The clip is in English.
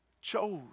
chose